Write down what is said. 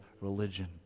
religion